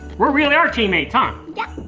we're really our teammates, huh? yep!